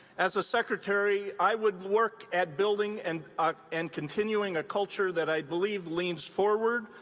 as a secretary, i would work at building and ah and continuing a culture that i believe leans forward,